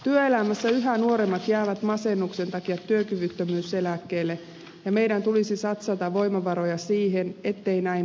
työelämässä yhä nuoremmat jäävät masennuksen takia työkyvyttömyyseläkkeelle ja meidän tulisi satsata voimavaroja siihen ettei näin tapahtuisi